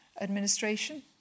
Administration